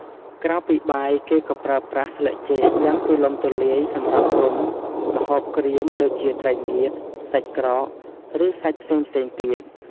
ក្រៅពីបាយ គេក៏ប្រើប្រាស់ស្លឹកចេកយ៉ាងទូលំទូលាយសម្រាប់រុំ ម្ហូបក្រៀម ដូចជា ត្រីងៀត សាច់ក្រក ឬសាច់ផ្សេងៗទៀត។